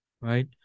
Right